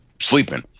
sleeping